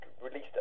released